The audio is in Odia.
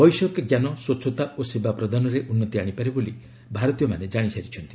ବୈଷୟିକଞ୍ଜାନ ସ୍ନଚ୍ଚତା ଓ ସେବା ପ୍ରଦାନରେ ଉନ୍ତି ଆଶିପାରେ ବୋଲି ଭାରତୀୟମାନେ ଜାଣିସାରିଛନ୍ତି